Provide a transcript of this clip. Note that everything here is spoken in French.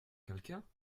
quelqu’un